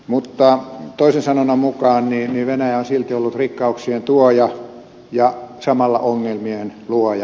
mutta toisen sanonnan mukaan venäjä on silti ollut rikkauksien tuoja ja samalla ongelmien luoja